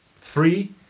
three